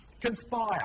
Conspire